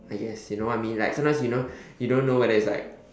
ah yes you know what I mean sometimes you know you don't know whether it's like